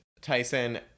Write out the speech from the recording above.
Tyson